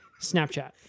Snapchat